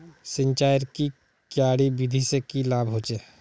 सिंचाईर की क्यारी विधि से की लाभ होचे?